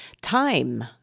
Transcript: time